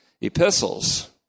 epistles